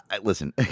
Listen